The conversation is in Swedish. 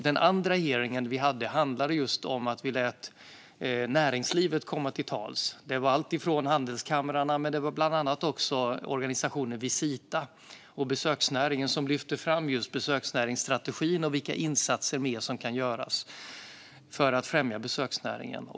Den andra hearingen vi hade handlade just om att vi lät näringslivet komma till tals. Det rörde sig om alltifrån handelskamrarna till organisationen Visita och besöksnäringen, som lyfte fram besöksnäringsstrategin och vilka mer insatser som kan göras för att främja besöksnäringen.